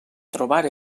trobar